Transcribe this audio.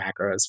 macros